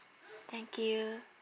thank you